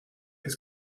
his